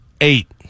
Eight